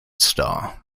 star